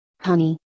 Honey